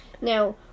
Now